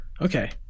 Okay